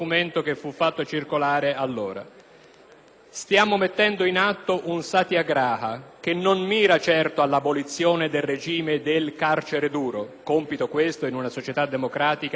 «"Stiamo mettendo in atto un Satyagraha che non mira certo alla abolizione del regime del "carcere duro" (compito questo, in una società democratica, di esclusiva competenza del Legislatore),